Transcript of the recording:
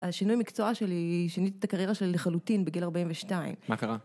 השינוי מקצוע שלי, שיניתי את הקריירה שלי לחלוטין בגיל 42. מה קרה?